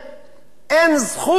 אין זכות לממשלה,